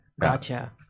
Gotcha